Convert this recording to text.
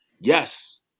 Yes